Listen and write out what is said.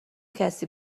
کسی